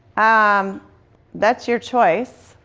um that's your choice,